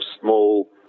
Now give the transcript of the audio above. small